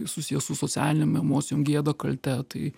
susiję su socialinėm emocijom gėda kalte tai